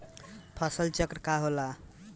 फसल चक्र का होला?